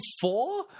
four